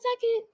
second